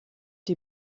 die